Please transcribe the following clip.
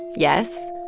yes,